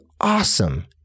awesome